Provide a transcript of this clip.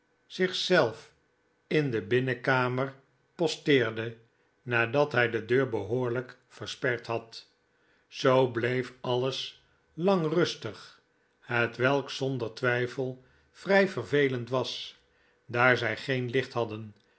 zelf in de binnenkamer posteerde nadat hij de deur behoorlijk versperd had z bleef alles lang rustig hetwelk zonder twijfel vrij vervelend was daar zij geen licht hadden